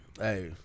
hey